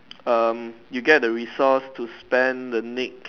um you get the resources to spend the next